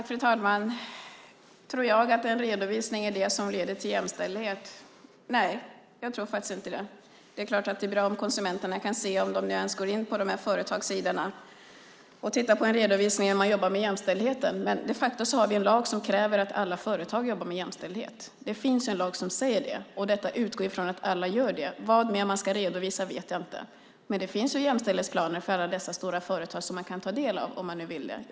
Fru talman! Tror jag att en redovisning är det som leder till jämställdhet? Nej, jag tror faktiskt inte det. Om konsumenterna ens går in på dessa företagssidor är det klart att det är bra om de kan se på en redovisning hur man jobbar med jämställdheten. Men vi har de facto en lag som kräver att alla företag jobbar med jämställdhet. Det finns en lag som säger det, och jag utgår från att alla gör det. Vad man mer ska redovisa vet jag inte. Men det finns jämställdhetsplaner för alla dessa stora företag som man kan ta del av om man nu vill göra det.